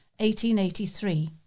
1883